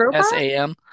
sam